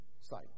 site